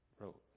wrote